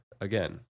again